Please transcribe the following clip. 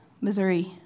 Missouri